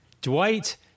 Dwight